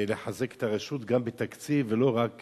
לחזק את הרשות גם בתקציב ולא רק